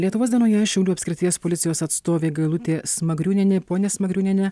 lietuvos dienoje šiaulių apskrities policijos atstovė gailutė smagriūnienė ponia smagriūniene